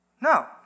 No